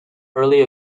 early